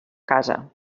casa